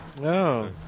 No